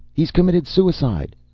he's committed suicide!